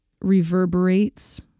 reverberates